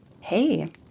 Hey